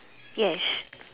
yes